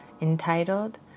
entitled